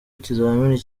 ikizamini